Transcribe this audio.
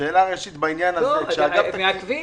הם מעכבים.